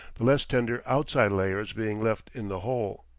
the less tender outside layers being left in the hole.